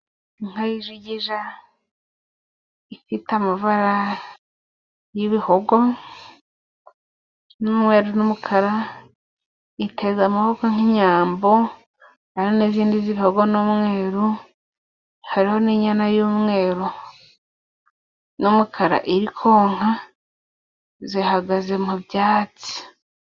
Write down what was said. Inka yijigija ifite amabara y'ibihogo n'umweru n'umukara iteze amaboko nk'inyambo, hari n'izindi z'ibihigo n'umweru, hari n'inyana y'umweru n'umukara iri konka zihagaze mu byatsi.